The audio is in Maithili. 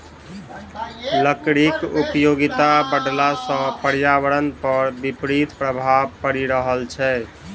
लकड़ीक उपयोगिता बढ़ला सॅ पर्यावरण पर विपरीत प्रभाव पड़ि रहल छै